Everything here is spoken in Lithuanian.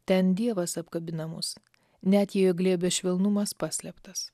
ten dievas apkabina mus net jei jo glėbio švelnumas paslėptas